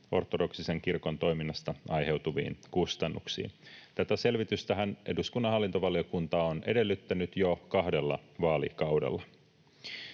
ortodoksisen kirkon toiminnasta aiheutuviin kustannuksiin. Tätä selvitystähän eduskunnan hallintovaliokunta on edellyttänyt jo kahdella vaalikaudella.